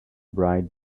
bright